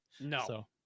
No